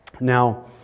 Now